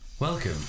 Welcome